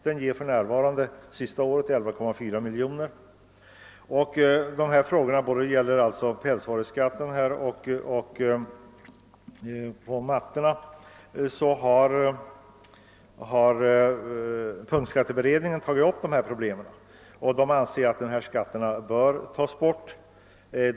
Den ger för närvarande, för det senaste året, 11,4 miljoner. Vad angår såväl pälsvaruskatten som skatten på mattorna har punktskatteberedningen tagit upp dessa problem. Den anser att dessa skatter bör tas bort.